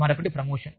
మరొకటి ప్రమోషన్